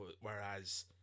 Whereas